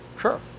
Sure